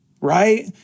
right